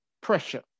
pressure